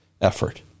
effort